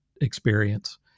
experience